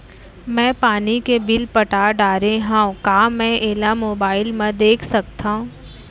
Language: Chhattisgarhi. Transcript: मैं पानी के बिल पटा डारे हव का मैं एला मोबाइल म देख सकथव?